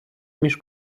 між